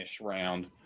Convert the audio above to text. round